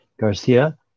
Garcia